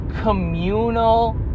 communal